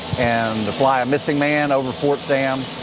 and the fly a missing man over fort sam.